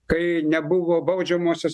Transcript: kai nebuvo baudžiamosios